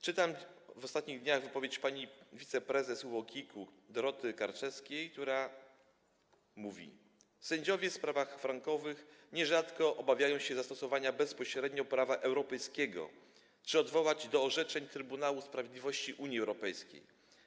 Czytam w ostatnich dniach wypowiedź pani wiceprezes UOKiK Doroty Karczewskiej, która mówi: Sędziowie w sprawach frankowych nierzadko obawiają się zastosować bezpośrednio prawo europejskie czy odwołać do orzeczeń Trybunału Sprawiedliwości Unii Europejskiej.